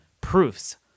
proofs